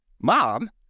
Mom